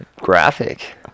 Graphic